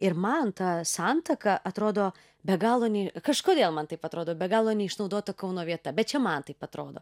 ir man ta santaka atrodo be galo ne kažkodėl man taip atrodo be galo neišnaudota kauno vieta bet čia man taip atrodo